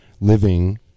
living